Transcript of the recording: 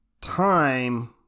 time